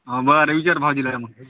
हा बरं विचार भाओजीला मग